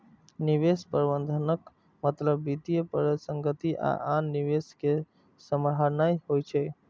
निवेश प्रबंधनक मतलब वित्तीय परिसंपत्ति आ आन निवेश कें सम्हारनाय होइ छै